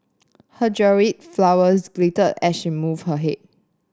her jewelled flowers glittered as she moved her head